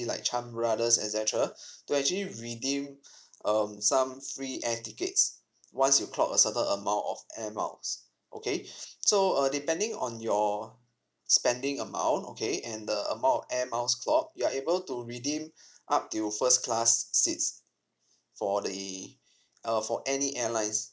like chan brothers etcetera to actually redeem um some free air tickets once you clock a certain amount of air miles okay so uh depending on your spending amount okay and the amount of air miles clocked you are able to redeem up till first class' seats for the uh for any airlines